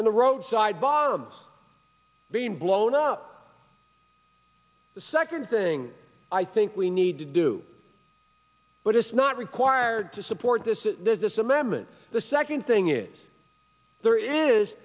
and the roadside bombs being blown up the second thing i think we need to do but it's not required to support this there's this amendment the second thing is there is